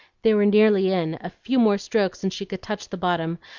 they were nearly in, a few more strokes and she could touch the bottom,